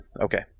Okay